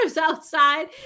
outside